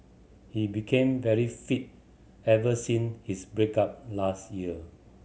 he became very fit ever since his break up last year